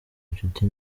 inshuti